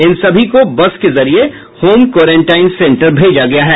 इन सभी को बस के जरिये होम क्वारंटाइन सेंटर भेजा गया है